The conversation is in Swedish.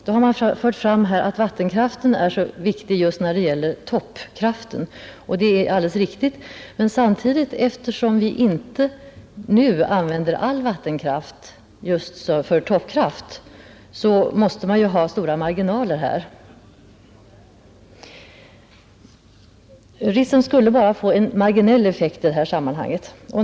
Då har man gjort gällande att vattenkraften är så viktig just när det gäller toppkraften, och det är alldeles riktigt. Men eftersom vi inte nu använder all vattenkraft just för toppkraft, måste vi ju ha stora marginaler. Ritsem skulle bara få en marginell effekt i det här sammanhanget.